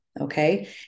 Okay